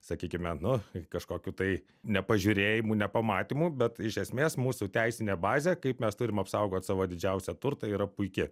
sakykime nu kažkokių tai nepažiūrėjimų nepamatymų bet iš esmės mūsų teisinė bazė kaip mes turim apsaugot savo didžiausią turtą yra puiki